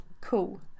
cool